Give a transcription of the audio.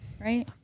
right